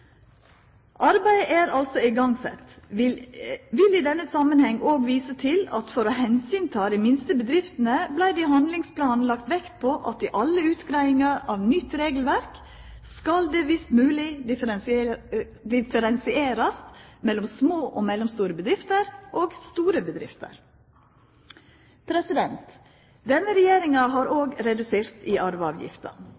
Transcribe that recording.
Arbeidet er altså igangsett. Eg vil i denne samanhengen òg visa til at for å ta omsyn til dei minste bedriftene vart det i handlingsplanen lagt vekt på at i alle utgreiingar av nytt regelverk skal det, om mogleg, differensierast mellom små og mellomstore bedrifter og store bedrifter. Denne regjeringa har